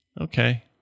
Okay